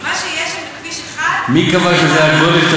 את לא חושבת שזה בזבוז?